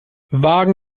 wagen